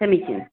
समीचीनम्